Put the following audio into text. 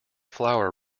flower